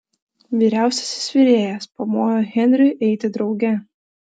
vyriausiasis virėjas pamojo henriui eiti drauge